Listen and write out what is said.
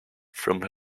from